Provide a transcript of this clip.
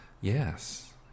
yes